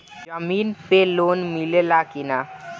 जमीन पे लोन मिले ला की ना?